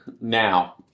now